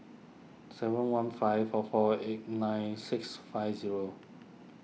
seven one five four four eight nine six five zero